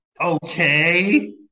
Okay